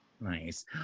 Nice